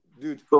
dude